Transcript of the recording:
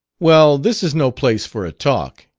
well, this is no place for a talk,